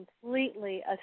completely